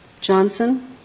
Johnson